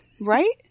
Right